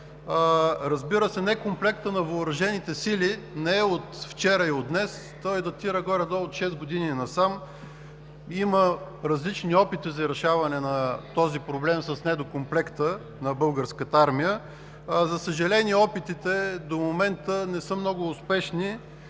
Разбира се, некомплектът на въоръжените сили не е от вчера и от днес – той датира горе-долу от шест години насам. Има различни опити за решаване на този проблем с недокомплекта на Българската армия. За съжаление, опитите до момента не са много успешни